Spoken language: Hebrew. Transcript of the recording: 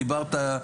דיברת,